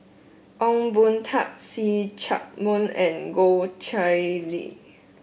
Ong Boon Tat See Chak Mun and Goh Chiew Lye